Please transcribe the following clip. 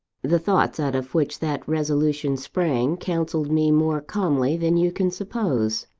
the thoughts out of which that resolution sprang, counselled me more calmly than you can suppose.